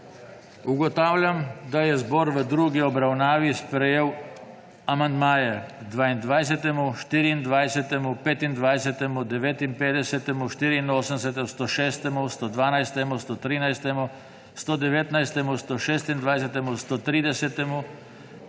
Ugotavljam, da je zbor v drugi obravnavi sprejel amandmaje k 22., 24., 25., 59., 84., 106., 112., 113., 119., 126., 130.,